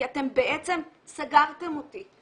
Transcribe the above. כי אתם בעצם סגרתם אותי.